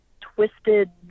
twisted